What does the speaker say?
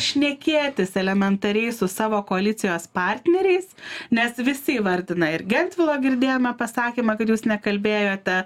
šnekėtis elementariai su savo koalicijos partneriais nes visi įvardina ir gentvilo girdėjome pasakymą kad jūs nekalbėjote